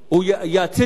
הבעיה נפתרה.